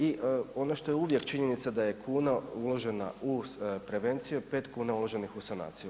I ono što je uvijek činjenica da je kuna uložena u prevenciju 5 kuna uloženih u sanaciju.